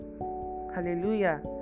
Hallelujah